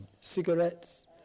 cigarettes